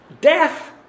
death